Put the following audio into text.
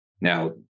Now